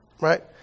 right